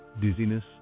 dizziness